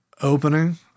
opening